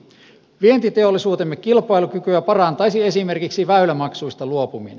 vientiteollisuutemme kilpailukykyä parantaisi esimerkiksi väylämaksuista luopuminen